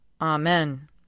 Amen